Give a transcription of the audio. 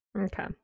Okay